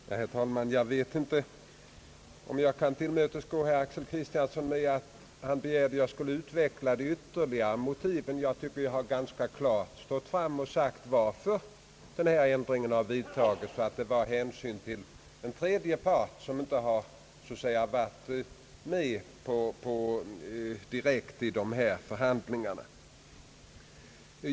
Herr talman! Jag vet inte om jag kan tillmötesgå herr Axel Kristianssons begäran att ytterligare utveckla motiven, eftersom jag ganska tydligt har förklarat varför vi föreslår denna ändring. Det är av hänsyn till en tredje part som inte direkt deltagit i dessa förhandlingar.